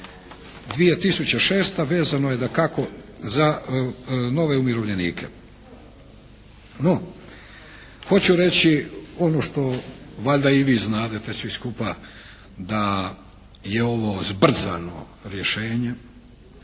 2006. vezano je dakako za nove umirovljenike. No, hoću reći ono što valjda i vi znadete svi skupa da je ovo zbrzano rješenje,